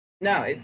No